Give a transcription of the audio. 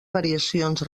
variacions